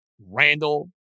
Randall